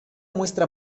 muestra